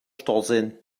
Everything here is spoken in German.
starrsinn